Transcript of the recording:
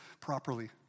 properly